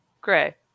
Gray